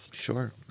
Sure